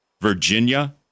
Virginia